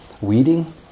weeding